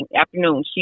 afternoon